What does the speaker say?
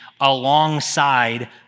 alongside